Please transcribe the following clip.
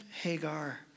Hagar